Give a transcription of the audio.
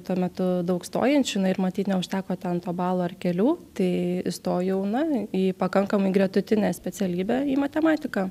tuo metu daug stojančių na ir matyt neužteko ten to balo ar kelių tai įstojau na į pakankamai gretutinę specialybę į matematiką